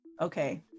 okay